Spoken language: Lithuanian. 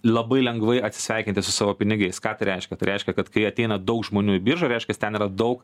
labai lengvai atsisveikinti su savo pinigais ką tai reiškia tai reiškia kad kai ateina daug žmonių į biržą reiškias ten yra daug